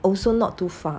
also not too far